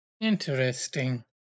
interesting